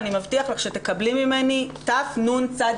אני מבטיח לך שתקבלי ממני תנצב"ה.